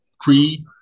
Creed